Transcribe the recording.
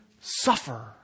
suffer